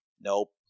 nope